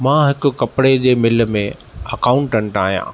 मां हिक कपड़े जे मिल में अकाउंटेंट आहियां